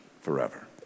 forever